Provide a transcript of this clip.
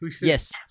Yes